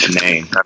name